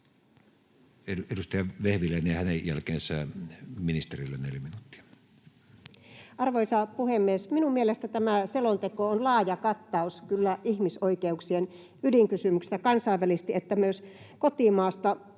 Edustaja Vehviläinen ja hänen jälkeensä ministerille 4 minuuttia. Arvoisa puhemies! Minun mielestäni tämä selonteko on kyllä laaja kattaus ihmisoikeuksien ydinkysymyksiä sekä kansainvälisesti että myös kotimaasta. Mutta